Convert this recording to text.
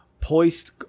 Poised